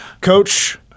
Coach